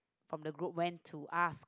from the group went to us